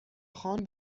خان